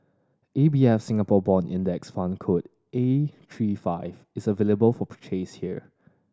A B F Singapore Bond Index Fund code A three five is available for purchase here